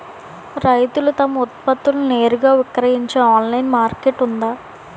రైతులు తమ ఉత్పత్తులను నేరుగా విక్రయించే ఆన్లైన్ మార్కెట్ ఉందా?